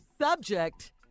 Subject